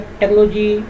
technology